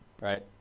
Right